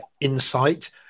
insight